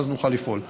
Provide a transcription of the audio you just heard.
ואז נוכל לפעול.